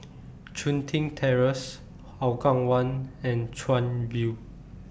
Chun Tin Terrace Hougang one and Chuan View